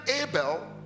Abel